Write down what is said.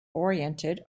oriented